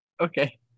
Okay